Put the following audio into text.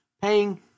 paying